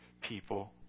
people